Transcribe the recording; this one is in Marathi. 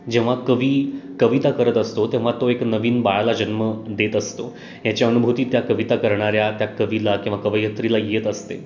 जेव्हा कवी कविता करत असतो तेव्हा तो एक नवीन बाळाला जन्म देत असतो याची अनुभूती त्या कविता करणाऱ्या त्या कवीला किंवा कवयित्रीला येत असते